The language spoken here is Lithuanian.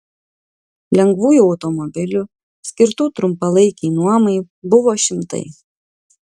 lengvųjų automobilių skirtų trumpalaikei nuomai buvo šimtai